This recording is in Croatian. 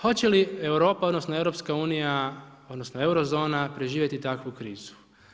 Hoće li Europa, odnosno EU, odnosno euro zona preživjeti takvu krizu?